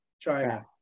China